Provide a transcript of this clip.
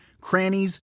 crannies